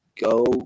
go